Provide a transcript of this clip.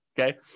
okay